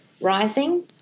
rising